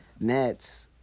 Nets